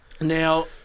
Now